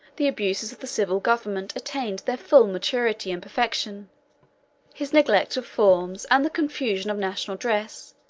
the abuses of the civil government attained their full maturity and perfection his neglect of forms, and the confusion of national dresses,